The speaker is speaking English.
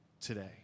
today